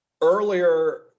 earlier